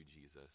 Jesus